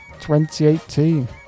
2018